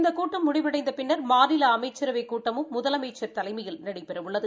இந்த கூட்டம் முடிவடைந்த பின்னா் மாநில அமைச்சரவைக் கூட்டமும் முதலமைச்சா் தலைமையில் நடைபெறவுள்ளது